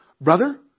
brother